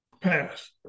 pass